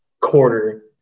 quarter